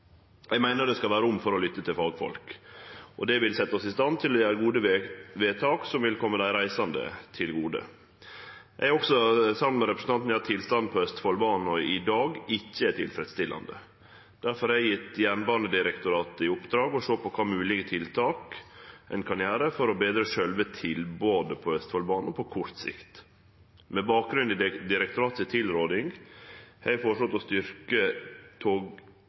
Eg meiner det skal vere rom for å lytte til fagfolk, og det vil setje oss i stand til å gjere gode vedtak, som vil kome dei reisande til gode. Eg er også samd med representanten i at tilstanden på Østfoldbanen i dag ikkje er tilfredsstillande. Difor har eg gjeve Jernbanedirektoratet i oppdrag å sjå på kva moglege tiltak ein kan gjere for å betre sjølve tilbodet på Østfoldbanen på kort sikt. Med bakgrunn i tilrådinga frå direktoratet har eg føreslått å styrkje tilbodet av tog